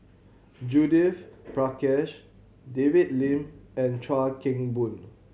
Judith Prakash David Lim and Chuan Keng Boon